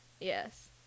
Yes